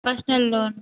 personal loan